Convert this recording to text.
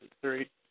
three